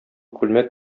күлмәк